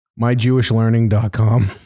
MyJewishLearning.com